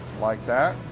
like that.